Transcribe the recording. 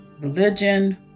religion